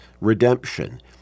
redemption